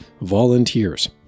volunteers